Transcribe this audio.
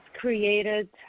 created